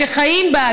שחיים בה,